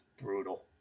Brutal